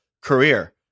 career